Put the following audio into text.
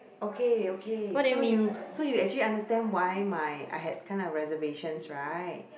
okay okay so you so you actually understand why my I had kind of reservations right